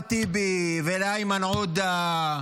לאחמד טיבי ולאיימן עודה,